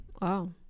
Wow